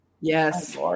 Yes